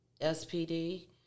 SPD